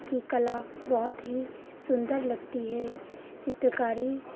की कला बहुत ही सुन्दर लगती है चित्रकारी